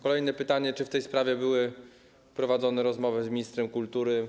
Kolejne pytanie: Czy w tej sprawie były prowadzone rozmowy z ministrem kultury?